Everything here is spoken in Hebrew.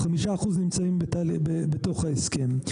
5% נמצאים בתוך ההסכם.